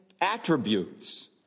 attributes